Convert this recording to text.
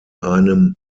einem